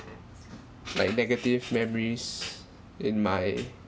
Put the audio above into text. like negative memories in my